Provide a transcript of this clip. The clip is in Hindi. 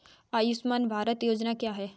आयुष्मान भारत योजना क्या है?